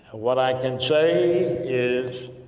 what i can say is,